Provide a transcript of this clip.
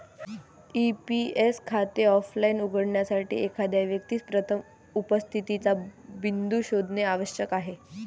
NPS खाते offline उघडण्यासाठी, एखाद्या व्यक्तीस प्रथम उपस्थितीचा बिंदू शोधणे आवश्यक आहे